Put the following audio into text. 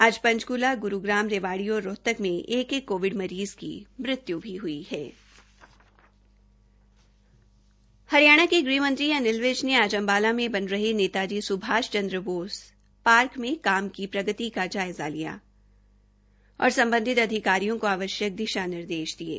आज पंचकूला ग्रूग्राम रेवाड़ी और रोहतक में एक एक कोविड मरीज की मत्यु भी हुई है हरियाणा के गृह मंत्री अनिल विज ने आज अम्बाला में बन रहे नेता जी सुभाष चन्द्र बोस पार्क में काम की प्रगति का जायंज़ा लिया और सम्बधित अधिकारियों को आवश्यक दिशा निर्देश दिये